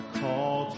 call